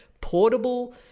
portable